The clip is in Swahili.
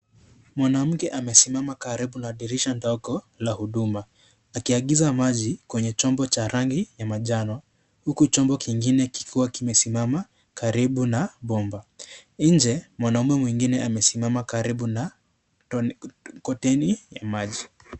Mwanamke amesimama karibu na dirisha ndogo la huduma akiagiza maji kwenye chombo cha rangi ya manjano, huku chombo kingine kikiwa kimesimama karibu na bomba, nje mwanaume mwingine amesimama karibu na kortini ya maji.